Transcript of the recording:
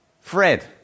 Fred